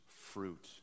fruit